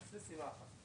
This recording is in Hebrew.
הסכום העיקרי שלקחנו,